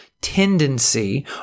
tendency